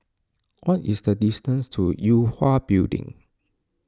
what is the distance to Yue Hwa Building